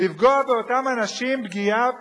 לפגוע באותם אנשים פגיעה פוליטית,